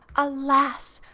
alas!